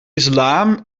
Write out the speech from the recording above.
islam